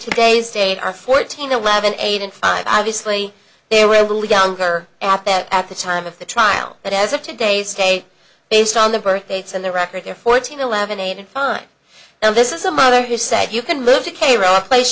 today's date are fourteen eleven eight and five obviously there were a little younger at that at the time of the trial that as of today's date based on the birth dates and the record there fourteen eleven eighteen fine now this is a mother who said you can move to a row a place